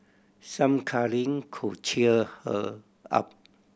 some cuddling could cheer her up